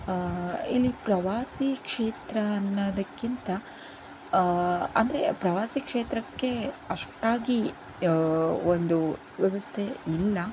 ಇಲ್ಲಿ ಪ್ರವಾಸಿ ಕ್ಷೇತ್ರ ಅನ್ನೋದಕ್ಕಿಂತ ಅಂದರೆ ಪ್ರವಾಸಿ ಕ್ಷೇತ್ರಕ್ಕೆ ಅಷ್ಟಾಗಿ ಒಂದು ವ್ಯವಸ್ಥೆ ಇಲ್ಲ